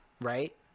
right